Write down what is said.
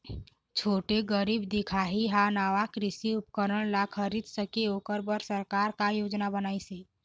छोटे गरीब दिखाही हा नावा कृषि उपकरण ला खरीद सके ओकर बर सरकार का योजना बनाइसे?